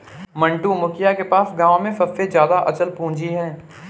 मंटू, मुखिया के पास गांव में सबसे ज्यादा अचल पूंजी है